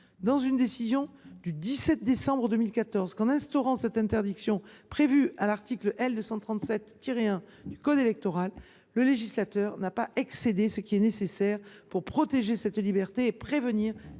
dans une décision du 17 décembre 2014, qu’en instaurant cette interdiction prévue à l’article L. 237 1 du code électoral le législateur n’a pas excédé le strict nécessaire pour protéger la liberté de choix